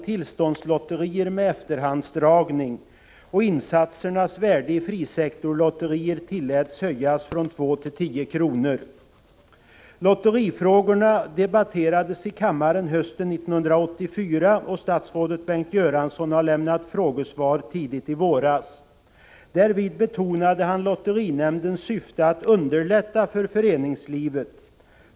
tillståndslotterier med efterhandsdragning, och insatsernas värde i frisektorlotterier tilläts höjas från två till tio kronor. Lotterifrågorna debatterades i kammaren hösten 1984, och statsrådet Bengt Göransson lämnade ett frågesvar tidigt i våras. Därvid betonade han lotterinämndens syfte att underlätta för föreningslivet.